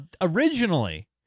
originally